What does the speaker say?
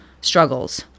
struggles